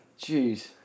Jeez